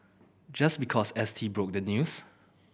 just because S T broke the news